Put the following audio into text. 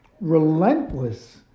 relentless